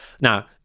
Now